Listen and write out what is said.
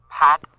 Pat